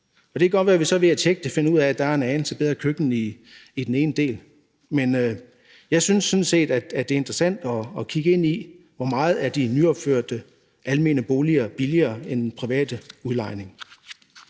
Det kan så godt være, at vi ved at tjekke det finder ud af, at der er en anelse bedre køkken i den ene af dem, men jeg synes sådan set, at det er interessant at kigge ind i, hvor meget de nyopførte almene boliger er billigere end dem via den private udlejning.